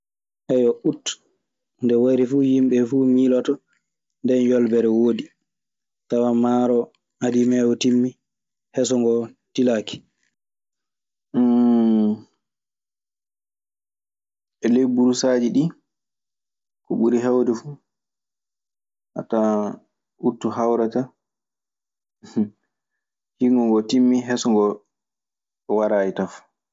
Eyyo, Ut nde wari fuu yimɓe ɓee fuu miiloto nden yolbere woodi. Tawan maaro adimeeko timmii, heso ngoo tilaaki. E ley burusaaji ɗii, ko ɓuri heewde fu a tawan Ut harwrata hiiŋŋo ngoo timmii, heso ngoo waraayi tafo.